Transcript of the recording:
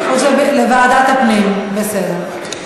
לוועדת הפנים, בסדר.